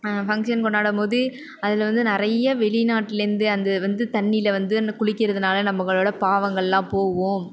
function கொண்டாடும் போது அதில் வந்து நிறைய வெளி நாட்டில இருந்து வந்து தண்ணியில வந்து குளிக்கிறதுனால நம்மங்களோடய பாவங்களெலாம் போகும்